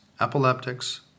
epileptics